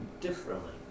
differently